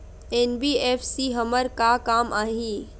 NBFC हमर का काम आही?